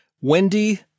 Wendy